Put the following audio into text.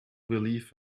believe